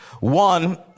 One